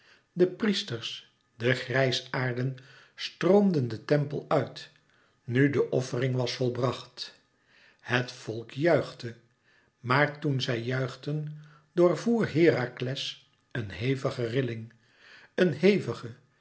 de priesters de grijsaarden stroomden den tempel uit nu de offering was volbracht het volk juichte maar toen zij juichten doorvoer herakles een hevige rilling een hevige